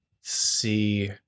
see